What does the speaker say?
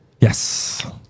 Yes